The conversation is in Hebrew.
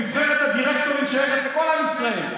נבחרת הדירקטורים שייכת לכל עם ישראל,